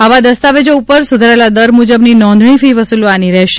આવા દસ્તાવેજો ઉપર સુધારેલા દર મુજબની નોંધણી ફી વસુલવાની રહેશે